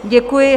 Děkuji.